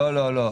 לא, לא.